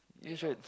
you should